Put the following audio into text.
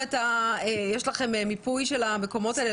יש לכם מיפוי של המקומות האלה?